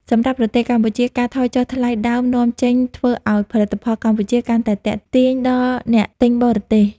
សម្រាប់ប្រទេសកម្ពុជា ការថយចុះថ្លៃដើមនាំចេញធ្វើឱ្យផលិតផលកម្ពុជាកាន់តែទាក់ទាញដល់អ្នកទិញបរទេស។